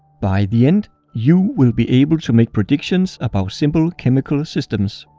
by the end, you will be able to make predictions about simple chemical systems.